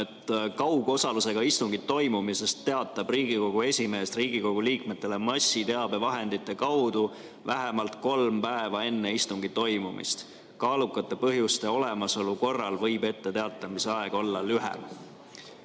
"Kaugosalusega istungi toimumisest teatab Riigikogu esimees Riigikogu liikmetele massiteabevahendite kaudu vähemalt kolm päeva enne istungi toimumist. Kaalukate põhjuste olemasolu korral võib etteteatamise aeg olla lühem."